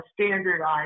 standardized